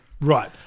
Right